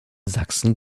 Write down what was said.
sachsen